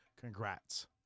Congrats